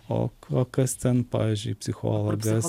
o o kas ten pavyzdžiui psichologas